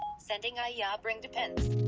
sending aya yeah ah bring depends.